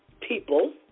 people